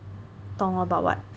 懂 about what as in